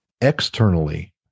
Externally